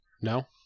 No